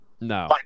No